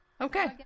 Okay